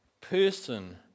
person